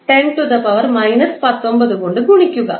602 ∗ 10 19 കൊണ്ട് ഗുണിക്കുക